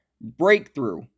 Breakthrough